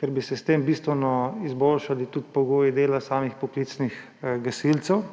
ker bi se s tem bistveno izboljšali tudi pogoji dela samih poklicnih gasilcev.